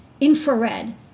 infrared